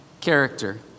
character